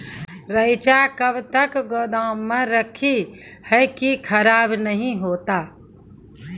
रईचा कब तक गोदाम मे रखी है की खराब नहीं होता?